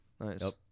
Nice